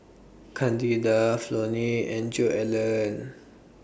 Candida Flonnie and Joellen